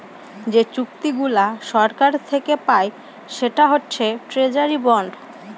যে চুক্তিগুলা সরকার থাকে পায় সেটা হচ্ছে ট্রেজারি বন্ড